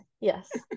yes